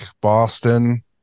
Boston